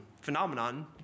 Phenomenon